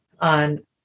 on